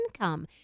income